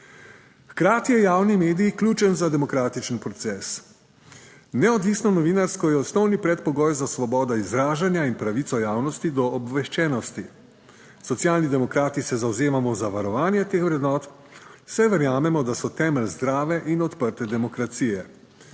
Hkrati je javni medij ključen za demokratičen proces. Neodvisno novinarstvo je osnovni predpogoj za svobodo izražanja in pravico javnosti do obveščenosti. Socialni demokrati se zavzemamo za varovanje teh vrednot, saj verjamemo, da so temelj zdrave in odprte demokracije.